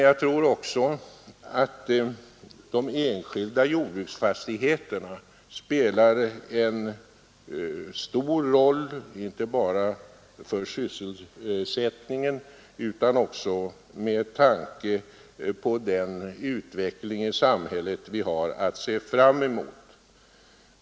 Jag tror också, att de enskilda jordbruksfastigheterna även i fortsättningen kommer att spela en stor roll för sysselsättningen och för den samhällsutveckling som vi har att se fram emot.